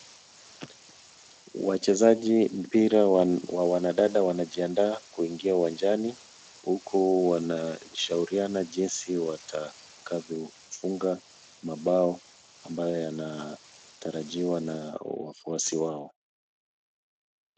Wachezaji mpira wa wanadada wanajiandaa kuingia uwanjani. Huku wanashauriana jinsi watakavyofunga mabao ambayo yanatarajiwa na wafuasi wao.